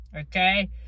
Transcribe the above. Okay